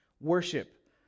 worship